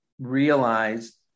realize